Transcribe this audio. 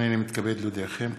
הנני מתכבד להודיעכם,